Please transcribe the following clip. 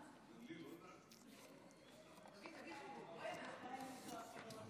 לפני שאני אתחיל רק,